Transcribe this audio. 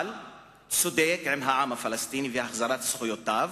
אבל צודק, עם העם הפלסטיני, ואת החזרת זכויותיו,